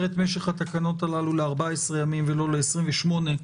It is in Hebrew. את משך התקנות הללו ל-14 ימים ולא ל-28,